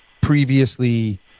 previously